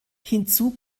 hinzu